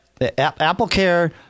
AppleCare